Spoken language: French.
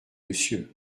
monsieur